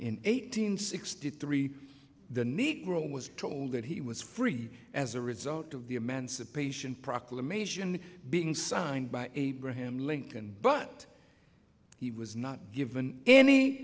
in eight hundred sixty three the negro was told that he was free as a result of the emancipation proclamation being signed by abraham lincoln but he was not given any